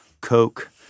Coke